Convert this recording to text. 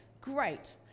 Great